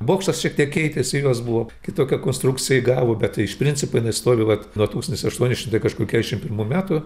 bokštas šiek tiek keitės jos buvo kitokią konstrukcija įgavo bet iš principo jinai stovi vat nuo tūkstantis aštuoni šimtai kažkur keturiasdešim pirmų metų